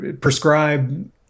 prescribe